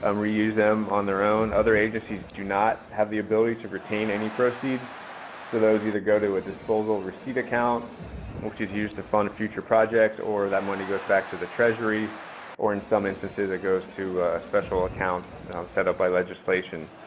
um reuse them on their own. other agencies do not have the ability to retain any proceeds so those either go to a disposal receipt account which is used to fund future projects or that money goes back to the treasury or in some instances it goes to a special account set up by legislation.